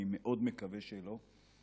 אני מאוד מקווה שלא,